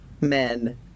men